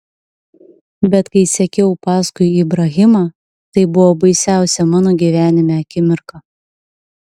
bet kai sekiau paskui ibrahimą tai buvo baisiausia mano gyvenime akimirka